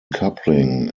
coupling